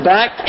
Back